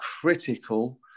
critical